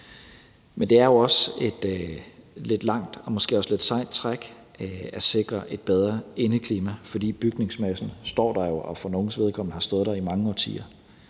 osv. Det er et lidt langt og måske også lidt sejt træk at sikre et bedre indeklima, for bygningsmassen står der jo, og for nogles vedkommende har den stået der i mange årtier,